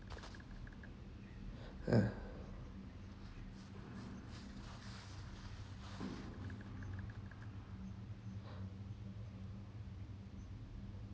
ah